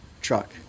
Truck